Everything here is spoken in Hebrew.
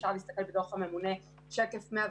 אפשר להסתכל בדוח הממונה, שקף 11,